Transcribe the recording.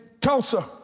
Tulsa